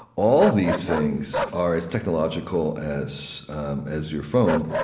all these things are as technological as as your phone,